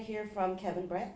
to hear from kevin ba